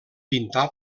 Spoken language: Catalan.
pintà